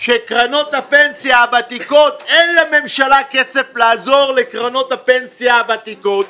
כי אין לממשלה כסף לעזור לקרנות הפנסיה הוותיקות,